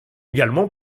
également